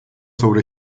sobre